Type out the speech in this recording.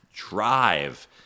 drive